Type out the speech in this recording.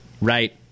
Right